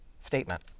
statement